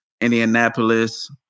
Indianapolis